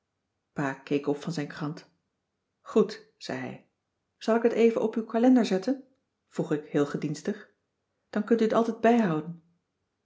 keek op van zijn krant goed zei hij zal ik het even op uw kalender zetten vroeg ik heel gedienstig dan kunt u t altijd bijhouden